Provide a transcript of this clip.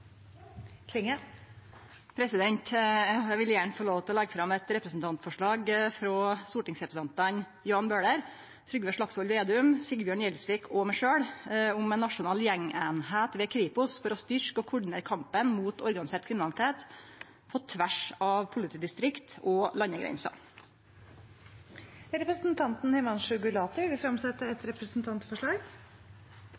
Klinge vil fremsette et representantforslag. Eg vil gjerne få lov til å leggje fram eit representantforslag frå stortingsrepresentantane Jan Bøhler, Trygve Slagsvold Vedum, Sigbjørn Gjelsvik og meg sjølv om ei nasjonal gjengeining ved Kripos for å styrkje og koordinere kampen mot organisert kriminalitet på tvers av politidistrikt og landegrenser. Representanten Himanshu Gulati